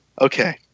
Okay